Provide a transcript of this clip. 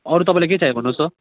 अरू तपाईँलाई के चाहियो भन्नुहोस् त